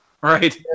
Right